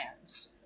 plans